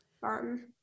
fun